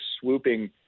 swooping